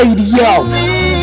radio